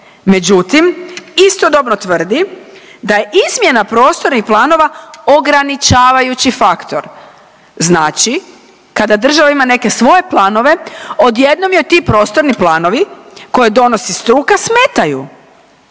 Međutim, istodobno tvrdi da je izmjena prostora i planova ograničavajući faktor. Znači kada država ima neke svoje planove odjednom je ti prostorni planovi koje donosi struka smetaju.